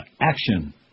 action